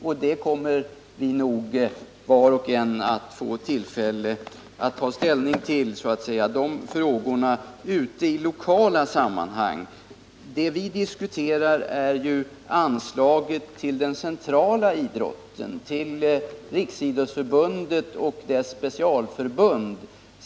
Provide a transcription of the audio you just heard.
Var och en av oss kommer nog att få tillfälle att ta ställning till sådan verksamhet ute i lokala sammanhang. Men vad vi nu diskuterar är anslaget till den centrala ledningen av idrotten, dvs. till riksidrottsförbundet och dess specialförbund.